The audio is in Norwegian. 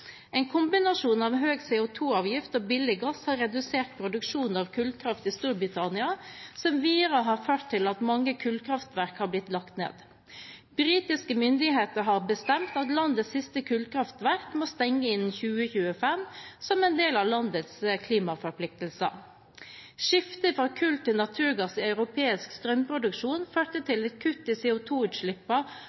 En kombinasjon av høy CO 2 -avgift og billig gass har redusert produksjonen av kullkraft i Storbritannia, noe som videre har ført til at mange kullkraftverk har blitt lagt ned. Britiske myndigheter har bestemt at landets siste kullkraftverk må stenge innen 2025 som del av landets klimaforpliktelser. Skiftet fra kull til naturgass i europeisk strømproduksjon førte til et kutt i